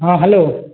ହଁ ହ୍ୟାଲୋ